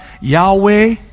Yahweh